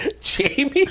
Jamie